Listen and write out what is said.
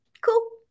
cool